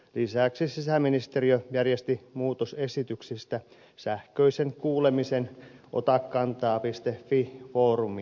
lisäksi sisäministeriö järjesti muutosesityksistä sähköisen kuulemisen otakantaa